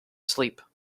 sleep